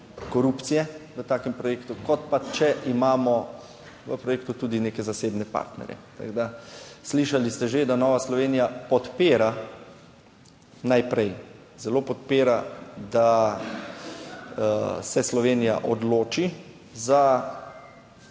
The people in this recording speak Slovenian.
korupcije v takem projektu, kot pa če imamo v projektu tudi neke zasebne partnerje. Tako da, slišali ste že, da Nova Slovenija podpira, najprej zelo podpira, da se Slovenija odloči za